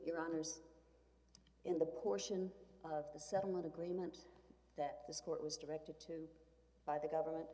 your honour's in the portion of the settlement agreement that this court was directed to by the government